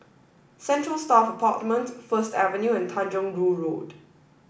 central Staff Apartment First Avenue and Tanjong Rhu Road